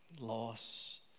loss